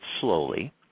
slowly